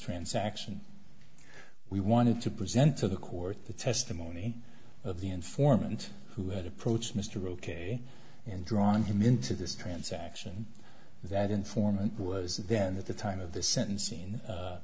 transaction we wanted to present to the court the testimony of the informant who had approached mr ok and drawn him into this transaction that informant was then at the time of the sentencing